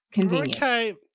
Okay